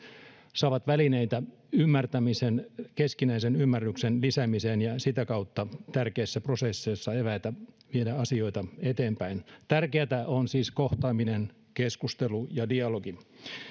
saavat välineitä ymmärtämisen keskinäisen ymmärryksen lisäämiseen ja sitä kautta tärkeissä prosesseissa eväitä viedä asioita eteenpäin tärkeätä on siis kohtaaminen keskustelu ja dialogi